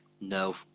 No